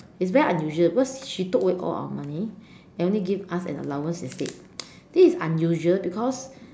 it's very unusual because she took away all our money and only give us an allowance instead this is unusual because